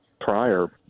prior